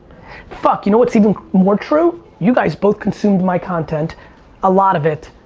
fuck, you know what's even more true? you guys both consumed my content a lot of it,